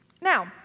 Now